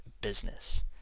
business